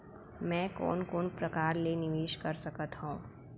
मैं कोन कोन प्रकार ले निवेश कर सकत हओं?